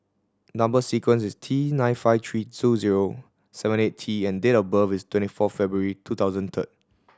number sequence is T nine five three two zero seven eight T and date of birth is twenty four February two thousand third